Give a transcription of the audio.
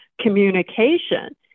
communication